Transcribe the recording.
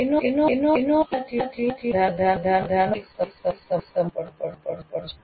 તેનો અર્થ એ નથી કે તે બધાનો ઉપયોગ દરેક સમયે કરવો પડશે